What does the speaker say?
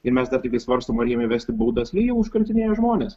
ir mes dar tikrai svarstom ar jiem įvesti būdas ir jie užkrėtinėja žmones